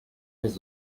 més